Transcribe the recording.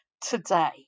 today